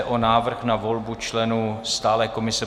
Návrh na volbu členů stálé komise